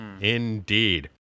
Indeed